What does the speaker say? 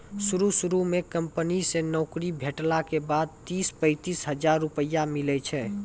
शुरू शुरू म कंपनी से नौकरी भेटला के बाद तीस पैंतीस हजार रुपिया मिलै छै